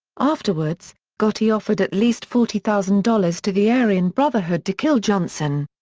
afterwards, gotti offered at least forty thousand dollars to the aryan brotherhood to kill johnson.